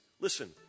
Listen